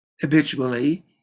habitually